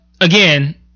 again